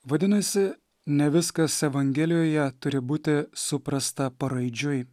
vadinasi ne viskas evangelijoje turi būti suprasta paraidžiui